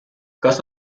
kas